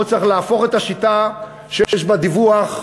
פה צריך להפוך את השיטה שיש בה דיווח,